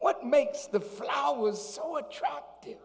what makes the flowers so attractive